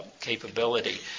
capability